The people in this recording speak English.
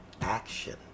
action